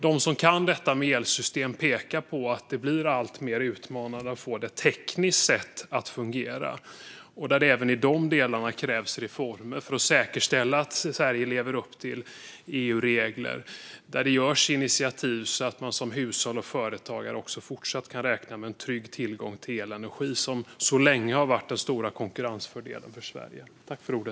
De som kan detta med elsystem pekar på att det blir alltmer utmanande att få det att fungera tekniskt sett och att det även i dessa delar krävs reformer för att säkerställa att Sverige lever upp till EU-regler och att det tas initiativ så att man som hushåll och företagare också fortsatt kan räkna med en trygg tillgång till elenergi som så länge har varit den stora konkurrensfördelen för Sverige.